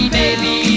baby